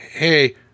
Hey